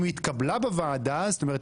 אם היא התקבלה בוועדה זאת אומרת,